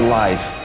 life